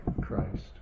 Christ